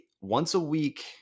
once-a-week